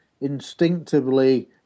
instinctively